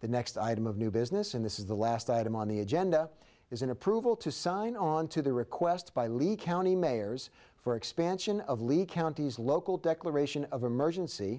the next item of new business and this is the last item on the agenda is an approval to sign on to the request by lee county mayors for expansion of leak our local declaration of emergency